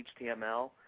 .html